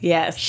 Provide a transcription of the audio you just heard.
Yes